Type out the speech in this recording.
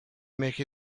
make